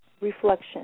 reflection